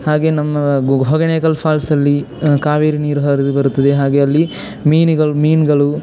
ಹಾಗೆಯೇ ನಮ್ಮ ಹೊಗೇನಕಲ್ ಫಾಲ್ಸಲ್ಲಿ ಕಾವೇರಿ ನೀರು ಹರಿದು ಬರುತ್ತದೆ ಹಾಗೆಯೇ ಅಲ್ಲಿ ಮೀನುಗಳು ಮೀನುಗಳು